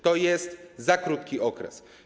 To jest za krótki okres.